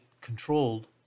controlled